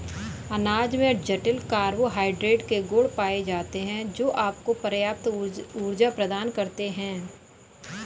अनाज में जटिल कार्बोहाइड्रेट के गुण पाए जाते हैं, जो आपको पर्याप्त ऊर्जा प्रदान करते हैं